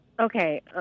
Okay